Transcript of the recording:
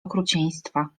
okrucieństwa